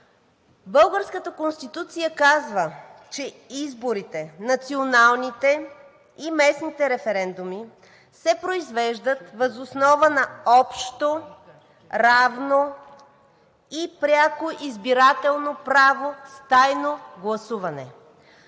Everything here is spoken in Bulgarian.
Българската Конституция казва, че изборите – националните и местните референдуми, се произвеждат въз основа на общо, равно и пряко избирателно право с тайно гласуване.